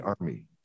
army